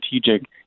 strategic